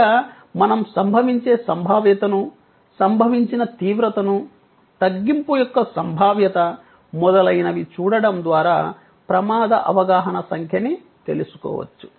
ఇక్కడ మనం సంభవించే సంభావ్యతను సంభవించిన తీవ్రతను తగ్గింపు యొక్క సంభావ్యత మొదలైనవి చూడటం ద్వారా ప్రమాద అవగాహన సంఖ్యని తెలుసుకోవచ్చు